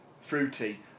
fruity